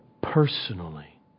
personally